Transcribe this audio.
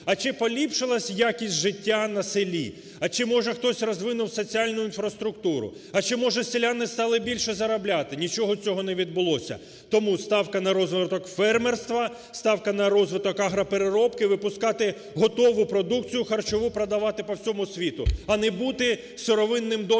А чи поліпшилася якість життя на селі, а чи, може, хтось розвинув соціальну інфраструктуру, а чи може селяни стали більше заробляти? Нічого цього не відбулося. Тому ставка на розвиток фермерства, ставка на розвиток агропереробки випускати готову продукцію харчову, продавати по всьому світу, а не бути сировинним донором